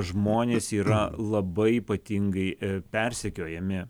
žmonės yra labai ypatingai persekiojami